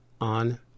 on